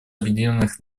объединенных